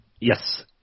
Yes